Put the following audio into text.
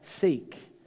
seek